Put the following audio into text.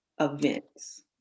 events